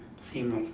same leh